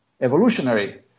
evolutionary